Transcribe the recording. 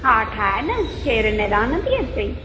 हा ठाहे न केर निराण थी अचई